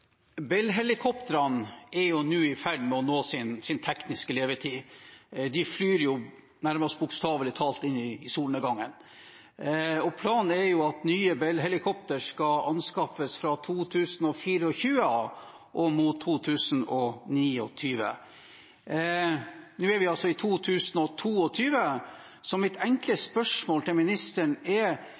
nå i ferd med å nå sin tekniske levetid. De flyr nærmest bokstavelig talt inn i solnedgangen. Planen er jo at nye Bell-helikoptre skal anskaffes fra 2024 og mot 2029. Nå er vi altså i 2022. Mitt enkle spørsmål til ministeren er: